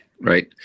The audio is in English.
right